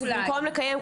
במקום לקיים,